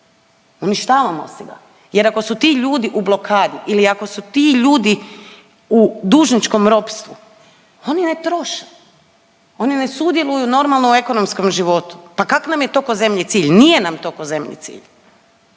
uništavamo si ga jer ako su ti ljudi u blokadi ili ako su ti ljudi u dužničkom ropstvu, oni ne troše, oni ne sudjeluju normalno u ekonomskom životu. Pa kak nam je to k'o zemlji cilj? Nije nam to k'o zemlji cilj,